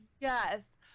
Yes